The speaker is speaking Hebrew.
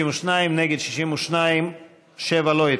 של קבוצת סיעת יש עתיד וקבוצת סיעת המחנה הציוני לסעיף 7 לא נתקבלה.